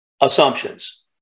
Assumptions